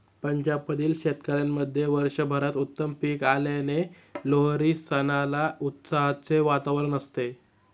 पंजाब मधील शेतकऱ्यांमध्ये वर्षभरात उत्तम पीक आल्याने लोहरी सणाला उत्साहाचे वातावरण असते